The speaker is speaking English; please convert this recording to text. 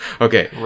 Okay